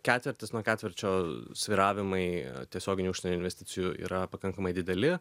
ketvirtis nuo ketvirčio svyravimai tiesioginių užsienio investicijų yra pakankamai dideli